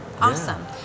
awesome